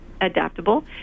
adaptable